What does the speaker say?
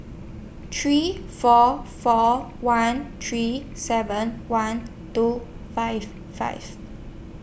three four four one three seven one two five five